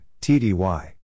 TDY